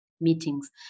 meetings